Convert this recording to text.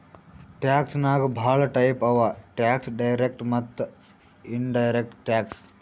tax ನಾಗ್ ಭಾಳ type ಅವಾ ಟ್ಯಾಕ್ಸ್ ಡೈರೆಕ್ಟ್ ಮತ್ತ ಇನಡೈರೆಕ್ಟ್ ಟ್ಯಾಕ್ಸ್